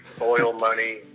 oil-money